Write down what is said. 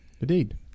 Indeed